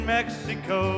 Mexico